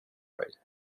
rate